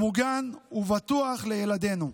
מוגן ובטוח לילדינו.